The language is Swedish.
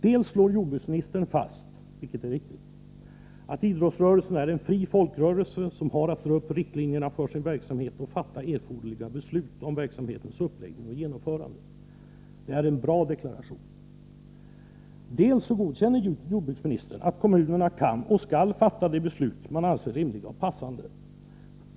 Dels slår jordbruksminstern fast — vilket är en riktig och bra deklaration — att idrottsrörelsen är en fri folkrörelse, som har att dra upp riktlinjerna för sin verksamhet och fatta erforderliga beslut om verksamhetens uppläggning och genomförande, dels godkänner jordbruksministern att kommunerna kan och skall fatta de beslut man anser rimliga och passande.